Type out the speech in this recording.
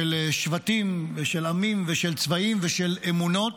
של שבטים ושל עמים ושל צבעים ושל אמונות.